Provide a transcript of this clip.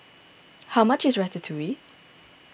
how much is Ratatouille